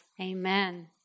Amen